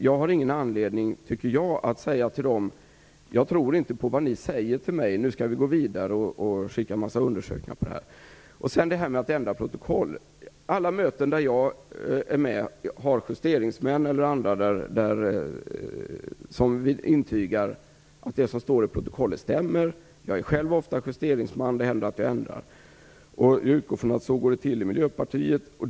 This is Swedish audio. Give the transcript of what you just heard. Jag tycker inte att jag har någon anledning att säga till dem att jag inte tror dem och att man skall gå vidare och göra en massa undersökningar. Jag vill också ta upp detta med att ändra i protokoll. Alla möten som jag är med på har justeringsmän eller andra som intygar att det som står i protokollet stämmer. Jag är själv ofta justeringsman. Det händer att vi gör ändringar. Jag utgår från att det går till så i Miljöpartiet.